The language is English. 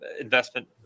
investment